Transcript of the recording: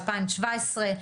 2017,